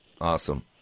Awesome